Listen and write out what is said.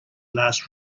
last